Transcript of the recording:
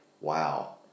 wow